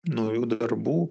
naujų darbų